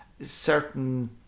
certain